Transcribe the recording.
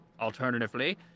Alternatively